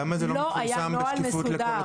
לא היה נוהל מסודר.